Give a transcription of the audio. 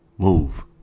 move